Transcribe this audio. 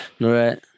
Right